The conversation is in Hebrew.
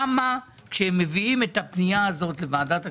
למה כשמביאים את הפנייה הזאת לוועדת הכספים,